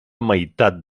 meitat